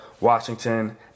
Washington